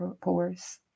pores